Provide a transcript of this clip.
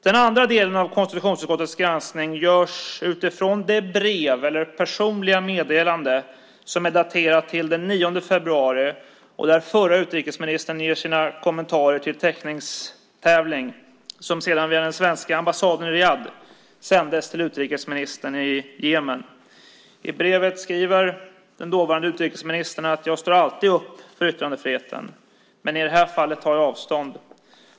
Den andra delen av konstitutionsutskottets granskning görs utifrån det brev eller personliga meddelande som är daterat den 9 februari, där den förra utrikesministern ger sina kommentarer till teckningstävlingen, och som sedan via den svenska ambassaden i Riyadh sändes till utrikesministern i Yemen. I brevet skriver den dåvarande utrikesministern: Jag står alltid upp för yttrandefriheten. Men i det här fallet tar jag avstånd.